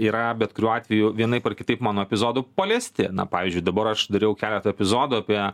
yra bet kuriuo atveju vienaip ar kitaip mano epizodų paliesti na pavyzdžiui dabar aš dariau keletą epizodų apie